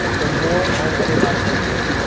the war already was declared.